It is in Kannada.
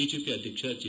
ಬಿಜೆಪಿ ಅಧ್ಯಕ್ಷ ಜೆ